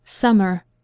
Summer